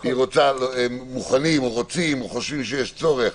היא רוצה, מוכנים או חושבים שיש צורך